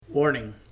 Warning